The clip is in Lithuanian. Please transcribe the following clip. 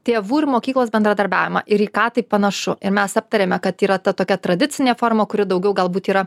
tėvų ir mokyklos bendradarbiavimą ir į ką tai panašu ir mes aptarėme kad yra tokia tradicinė forma kuri daugiau galbūt yra